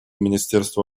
министерству